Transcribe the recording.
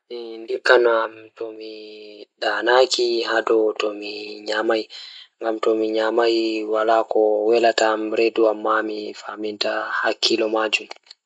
Ndikkina am mi daanaaki dou mi nyamai waɗa jaɓde kala ngal ɗiɗi.